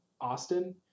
Austin